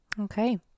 Okay